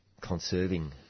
conserving